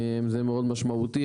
זה מאוד משמעותי,